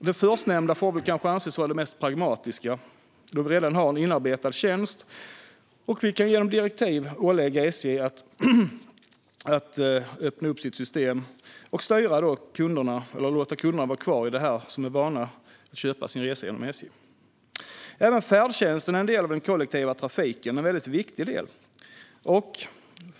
Det förstnämnda får anses vara det mest pragmatiska, då vi redan har en inarbetad tjänst och vi genom direktiv kan ålägga SJ att öppna upp sitt system och låta de kunder som är vana att köpa sin resa genom SJ vara kvar. Även färdtjänsten är en del av den kollektiva trafiken, en väldigt viktig del.